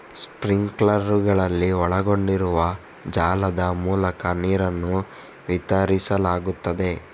ಸ್ಪ್ರಿಂಕ್ಲರುಗಳಲ್ಲಿ ಒಳಗೊಂಡಿರುವ ಜಾಲದ ಮೂಲಕ ನೀರನ್ನು ವಿತರಿಸಲಾಗುತ್ತದೆ